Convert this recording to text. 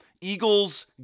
Eagles